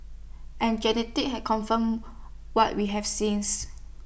and genetic have confirm what we have since